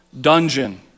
dungeon